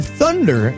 thunder